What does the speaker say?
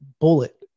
bullet